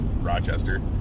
Rochester